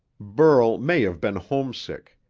burl may have been homesick,